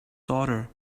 daughter